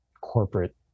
corporate